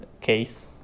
case